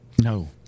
No